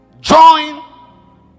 Join